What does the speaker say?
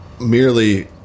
merely